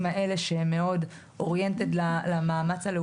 אם זה באמת חשוב,